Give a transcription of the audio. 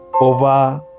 over